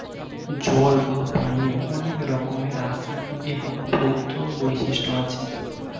জল বা পানির অনেক রকমের রাসায়নিক এবং ভৌত বৈশিষ্ট্য আছে